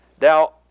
Now